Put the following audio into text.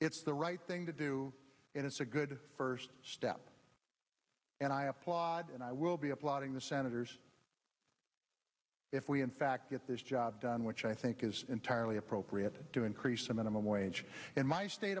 it's the right thing to do and it's a good first step and i applaud and i will be applauding the senators if we in fact get this job done which i think is entirely appropriate to increase the minimum wage in my state